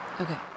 Okay